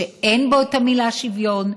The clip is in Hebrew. שאין בו את המילה "שוויון",